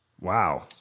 Wow